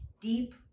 deep